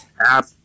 app